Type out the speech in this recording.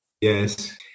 Yes